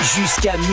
Jusqu'à